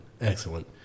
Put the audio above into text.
excellent